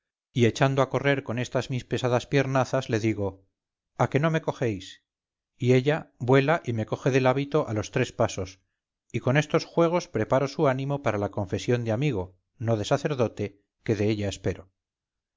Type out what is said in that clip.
y echando a correr con estas mis pesadas piernazas le digo a que no me cogéis y ella vuela y me coge del hábito a los tres pasos y con estos juegos preparo su ánimo para la confesión de amigo no de sacerdote que de ella espero